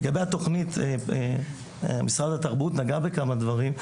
לגבי התכנית, משרד התרבות נגע בכמה דברים,